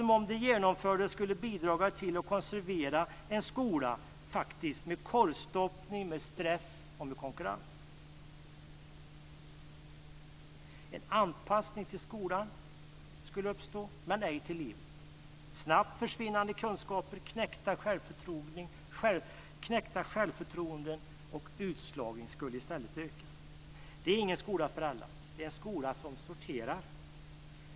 Om de genomfördes skulle de bidra till och konservera en skola med korvstoppning, stress och konkurrens. En anpassning till skolan skulle uppstå, men ej till livet. Snabbt försvinnande kunskaper, knäckta självförtroenden och utslagning skulle i stället öka. Det är ingen skola för alla. Det är en skola som sorterar.